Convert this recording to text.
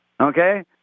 okay